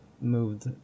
moved